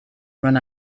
run